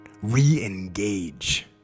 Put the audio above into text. re-engage